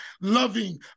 Loving